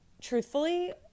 truthfully